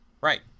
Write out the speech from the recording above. Right